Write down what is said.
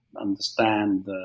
understand